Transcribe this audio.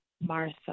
Martha